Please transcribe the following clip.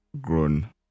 grown